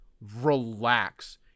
relax